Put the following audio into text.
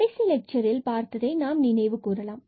கடைசி லெட்சரில் பார்த்ததை நாம் நினைவு கூறலாம்